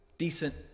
decent